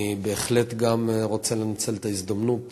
אני בהחלט גם רוצה לנצל את ההזדמנות